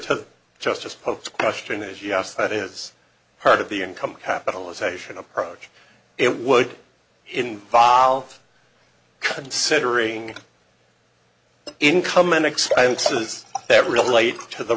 the justice post question is yes that is part of the income capitalization approach it would involve considering income and expenses that relate to the